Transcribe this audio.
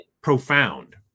profound